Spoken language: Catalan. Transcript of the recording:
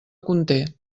conté